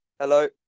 Hello